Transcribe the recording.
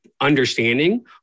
understanding